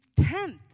tenth